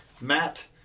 Matt